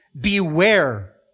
beware